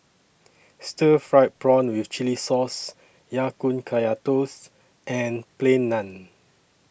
Stir Fried Prawn with Chili Sauce Ya Kun Kaya Toast and Plain Naan